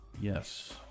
Yes